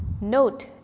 note